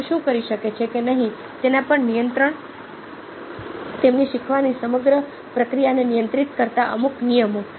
તેઓ શું કરી શકે છે કે નહીં તેના પર નિયંત્રણો તેમની શીખવાની સમગ્ર પ્રક્રિયાને નિયંત્રિત કરતા અમુક નિયમો